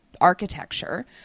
architecture